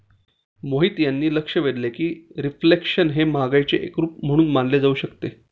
मोहित यांनी लक्ष वेधले की रिफ्लेशन हे महागाईचे एक रूप म्हणून मानले जाऊ शकते